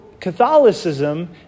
Catholicism